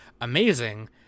amazing